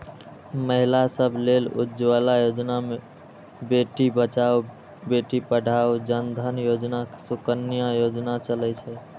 महिला सभ लेल उज्ज्वला योजना, बेटी बचाओ बेटी पढ़ाओ, जन धन योजना, सुकन्या योजना चलै छै